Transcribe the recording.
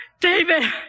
David